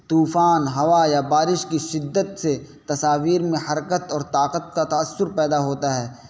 طوفان ہوا یا بارش کی شدت سے تصاویر میں حرکت اور طاقت کا تأثر پیدا ہوتا ہے